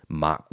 ma